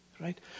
right